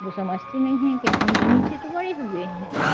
वो समझती नहीं है कि हम इन्हीं से तो बड़े हुए हैं